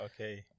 Okay